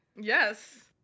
Yes